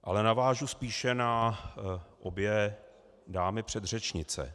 Ale navážu spíše na obě dámy předřečnice.